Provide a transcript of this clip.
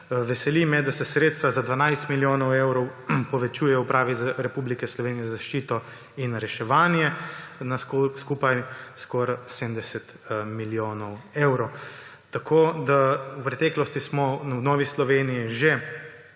Veseli me, da se sredstva za 12 milijonov evrov povečujejo Upravi Republike Slovenije za zaščito in reševanje na skupaj skoraj 70 milijonov evrov. V preteklosti smo v Novi Sloveniji že